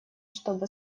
чтобы